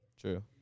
True